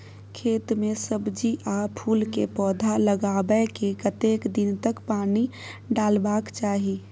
खेत मे सब्जी आ फूल के पौधा लगाबै के कतेक दिन तक पानी डालबाक चाही?